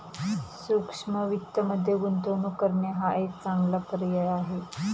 सूक्ष्म वित्तमध्ये गुंतवणूक करणे हा एक चांगला पर्याय आहे